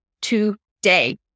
today